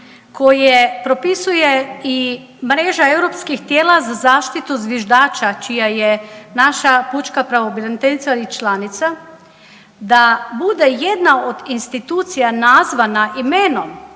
koje propisuje i mreža europskih tijela za zaštitu zviždača čija je naša pučka pravobraniteljica i članica, da bude jedna od institucija nazvana imenom,